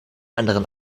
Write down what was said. anderen